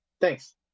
Thanks